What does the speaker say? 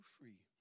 free